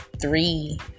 three